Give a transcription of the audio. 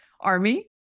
army